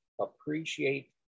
appreciate